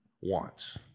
wants